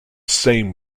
same